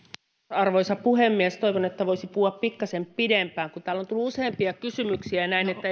arvoisa puhemies toivon että voisin puhua pikkasen pidempään kun täällä on tullut useampia kysymyksiä ja näin että